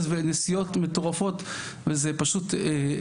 ונסיעות מטורפות וזה פשוט בלתי הגיוני.